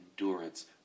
endurance